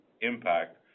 impact